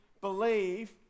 believe